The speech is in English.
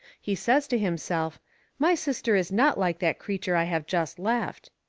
he says to himself my sister is not like that creature i have just left!